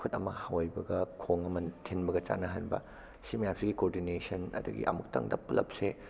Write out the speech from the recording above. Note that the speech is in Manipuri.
ꯈꯨꯠ ꯑꯃ ꯍꯣꯏꯕꯒ ꯈꯣꯡ ꯑꯃ ꯊꯤꯟꯕꯒ ꯆꯥꯟꯅꯍꯟꯕ ꯁꯤ ꯃꯌꯥꯝꯁꯤꯒꯤ ꯀꯣꯑꯣꯔꯗꯤꯅꯦꯁꯟ ꯑꯗꯒꯤ ꯑꯃꯨꯛꯇꯪꯗ ꯄꯨꯂꯞꯁꯦ